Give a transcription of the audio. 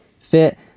fit